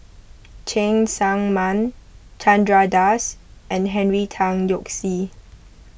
Cheng Tsang Man Chandra Das and Henry Tan Yoke See